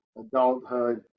adulthood